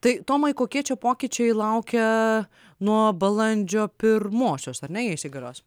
tai tomai kokie čia pokyčiai laukia nuo balandžio primosios ar ne jie įsigalios